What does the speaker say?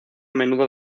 menudo